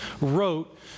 wrote